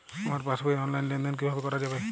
আমার পাসবই র অনলাইন লেনদেন কিভাবে করা যাবে?